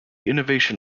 innovation